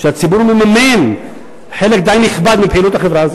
שהציבור מממן חלק די נכבד מפעילותה.